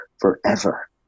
forever